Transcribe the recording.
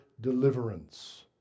deliverance